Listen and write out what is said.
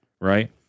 right